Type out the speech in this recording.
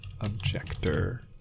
objector